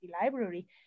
library